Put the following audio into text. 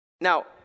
Now